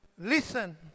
listen